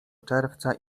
czerwca